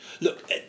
Look